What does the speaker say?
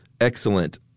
excellent –